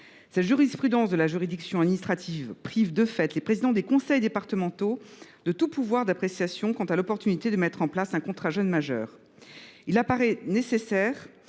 La jurisprudence de la juridiction administrative prive de fait les présidents des conseils départementaux de tout pouvoir d’appréciation quant à l’opportunité de mettre en place un contrat jeune majeur. Il apparaît nécessaire